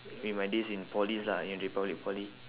during my days in polys lah in republic poly